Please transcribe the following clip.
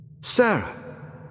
Sarah